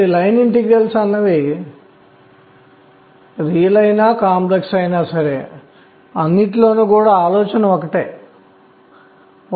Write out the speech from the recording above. ఈ k కోణీయ ద్రవ్యవేగం ఇచ్చినందున కనిష్ట విలువ 1